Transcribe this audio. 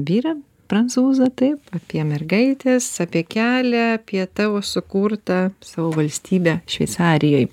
vyrą prancūzą taip apie mergaites apie kelią apie tavo sukurtą savo valstybę šveicarijoj